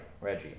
Reggie